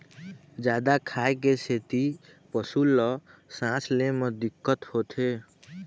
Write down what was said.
जादा खाए के सेती पशु ल सांस ले म दिक्कत होथे